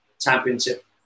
championship